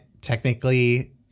technically